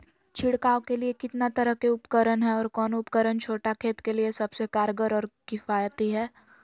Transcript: छिड़काव के लिए कितना तरह के उपकरण है और कौन उपकरण छोटा खेत के लिए सबसे कारगर और किफायती है?